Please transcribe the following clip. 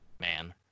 man